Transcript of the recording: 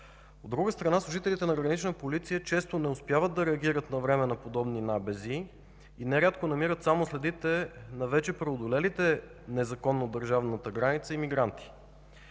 От друга страна, служителите на Гранична полиция често не успяват да реагират навреме на подобни набези и нерядко намират само следите на вече преодолелите незаконно държавната граница имигранти.